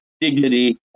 dignity